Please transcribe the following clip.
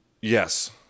Yes